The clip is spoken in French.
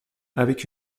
avec